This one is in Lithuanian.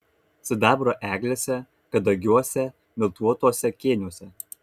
sidabro eglėse kadagiuose miltuotuose kėniuose